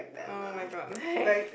oh my god mate